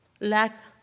lack